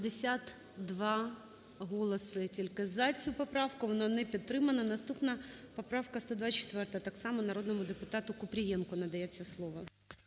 52 голоси тільки за цю поправку, вона не підтримана. Наступна поправка 124. Так само народному депутатуКупрієнку надається слово.